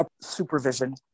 supervision